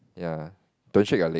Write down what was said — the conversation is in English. ya don't shake your leg